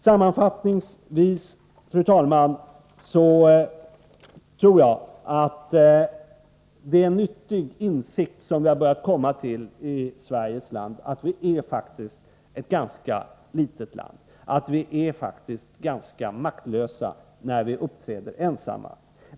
Sammanfattningsvis, fru talman, tror jag att det är en nyttig insikt vi har börjat komma till i Sverige — att vi faktiskt är ett ganska litet land, att vi faktiskt är ganska maktlösa när vi uppträder ensamma.